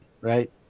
right